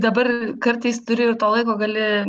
dabar kartais turi ir to laiko gali